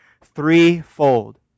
threefold